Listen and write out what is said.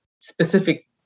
specific